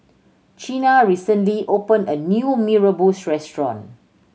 Chynna recently opened a new Mee Rebus restaurant